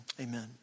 Amen